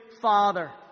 father